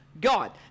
God